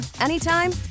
anytime